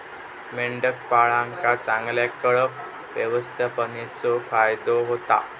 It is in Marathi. मेंढपाळांका चांगल्या कळप व्यवस्थापनेचो फायदो होता